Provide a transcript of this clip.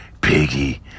piggy